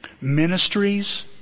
Ministries